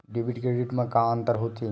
Debit credit मा का अंतर होत हे?